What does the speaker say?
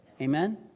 Amen